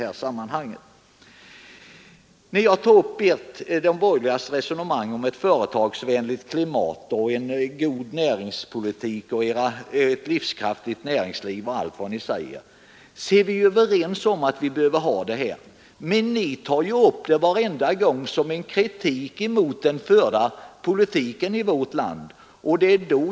Beträffande det resonemang som ni på den borgerliga kanten för om ett företagsvänligt klimat, en god näringspolitik, ett livskraftigt näringsliv o. d., så är vi överens om att allt detta behövs. Men ni tar ju upp detta varenda gång som en kritik mot den förda politiken i vårt land.